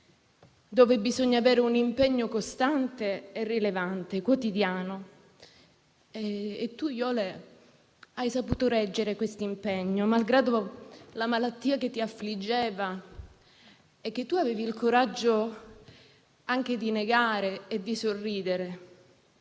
liberi ed avere un impegno rilevante, costante, quotidiano. E tu, Iole, hai saputo reggere questo impegno malgrado la malattia che ti affliggeva e che tu avevi il coraggio anche di negare sorridendo.